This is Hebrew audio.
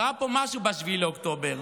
קרה פה משהו ב-7 באוקטובר.